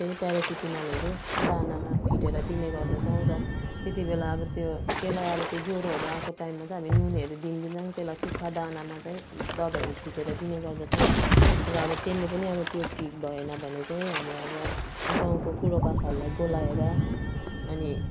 त्यही प्यारासिटामोलहरू दानामा फिटेर दिने गर्दछौँ र त्यति बेला अब त्यो त्यसलाई अब त्यो ज्वरोहरू आएको टाइममा चाहिँ अब नुनहरू दिँदैनौ त्यसलाई सुख्खा दानामा चाहिँ दबाईहरू फिटेर दिने गर्दछौँ र अब त्यसले पनि अब त्यो ठिक भएन भने चाहिँ हामी अब गाउँको बुढोपाकाहरूलाई बोलाएर अनि